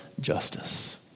justice